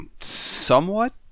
somewhat